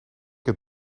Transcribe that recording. het